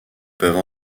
peuvent